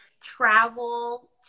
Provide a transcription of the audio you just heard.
travel